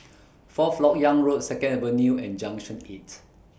Fourth Lok Yang Road Second Avenue and Junction eight